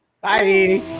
bye